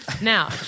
Now